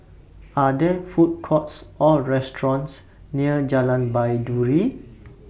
Are There Food Courts Or restaurants near Jalan Baiduri